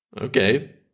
Okay